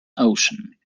ocean